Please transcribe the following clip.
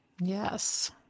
Yes